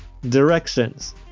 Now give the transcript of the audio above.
directions